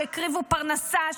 שהקריבו פרנסה,